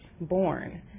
born